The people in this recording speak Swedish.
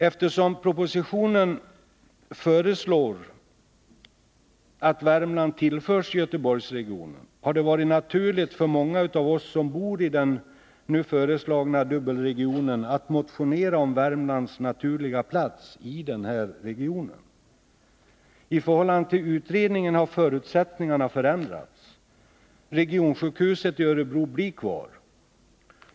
Eftersom det i propositionen föreslås att Värmland skall tillföras Göteborgsregionen har det varit naturligt för många av oss som bor i den nu föreslagna dubbelregionen att i motioner argumentera för Värmlands naturliga plats i den regionen. Sedan utredningen gjordes har förutsättningarna förändrats. Regionsjukhuset i Örebro blir kvar.